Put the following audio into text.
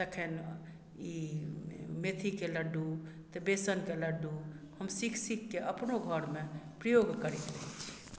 तखन ई मैथीके लड्डू तऽ बेसनके लड्डू हम सीख सीखके अपनो घरमे प्रयोग करैत रहै छी